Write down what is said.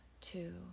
two